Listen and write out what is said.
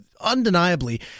undeniably